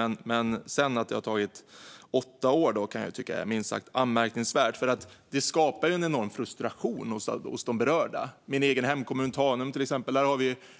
Att det sedan har tagit åtta år kan jag tycka är minst sagt anmärkningsvärt, för detta skapar en enorm frustration hos de berörda. I min hemkommun, Tanum, har vi till exempel